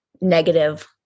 negative